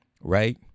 right